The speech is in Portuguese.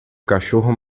cachorro